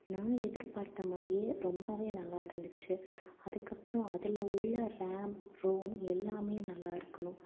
நான் எதிர்பார்த்தமாரியே ரொம்பவே நல்லா இருந்துச்சு அதுக்கப்புறம் அதில் உள்ள ராம் ரோம் எல்லாமே நல்லா இருக்கணும்